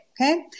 okay